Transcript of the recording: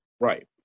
right